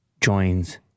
joins